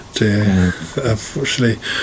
Unfortunately